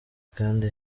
kandi